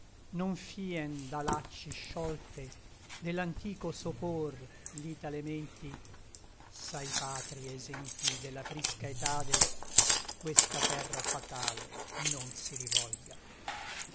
non fien da lacci sciolte dell'antico sopor l'itale menti s'ai patrii esempi della prisca etade questa terra fatal non si rivolga